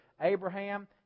Abraham